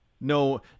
no